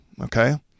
Okay